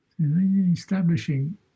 Establishing